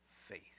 faith